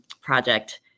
project